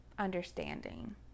understanding